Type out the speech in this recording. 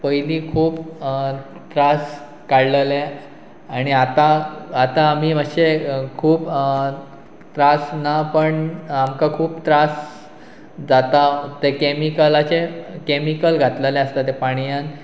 पयलीं खूब त्रास काडलेले आनी आतां आतां आमी मातशे खूब त्रास ना पण आमकां खूब त्रास जाता ते कॅमिकलाचे कॅमिकल घातलेलें आसता ते पाणयन